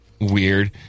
weird